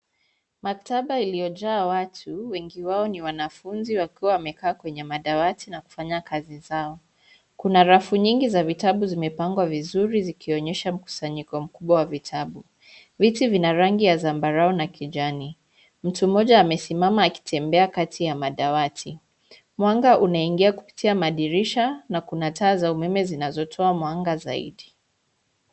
Maktaba iliyojaa watu, wengi wao ni wanafunzi wakiwa wamekaa kwenye madawati na kufanya kazi zao. kuna rafu nyingi za vitabu zimepangwa vizuri zikionyesha mkusanyiko huu wa vitabu. Viti vina rangi ya zambarau na kijani. Mtu mmoja amesimama akitembea kati ya madawati. Mwanga unaingia kupitia madirisha na kuna za umeme zinazotoa mwanga zaidi.